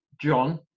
John